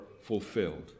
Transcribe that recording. fulfilled